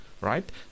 right